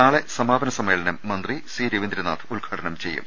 നാളെ സമാപന സമ്മേളനം മന്ത്രി സി രവീന്ദ്രനാഥ് ഉദ്ഘാ ടനം ചെയ്യും